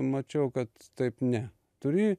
mačiau kad taip ne turi